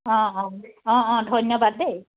অঁ অঁ অঁ অঁ ধন্যবাদ দেই